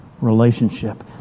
relationship